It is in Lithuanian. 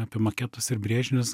apie maketus ir brėžinius